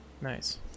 nice